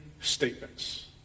statements